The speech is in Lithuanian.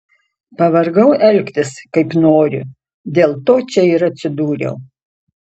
pavargau elgtis kaip noriu dėl to čia ir atsidūriau